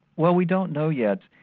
well we don't know yet.